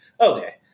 Okay